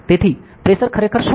તેથી પ્રેશર ખરેખર શું છે